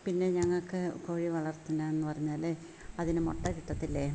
പിന്നെ ഞങ്ങൾക്ക് കോഴി വളർത്തുക എന്ന് പറഞ്ഞാൽ അതിന് മുട്ട കിട്ടത്തില്ലേ